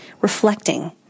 reflecting